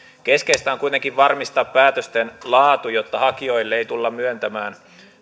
keskeistä on kuitenkin varmistaa päätösten laatu jotta hakijoille ei tulla myöntämään